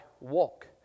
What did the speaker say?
walk